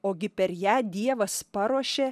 ogi per ją dievas paruošė